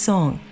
Song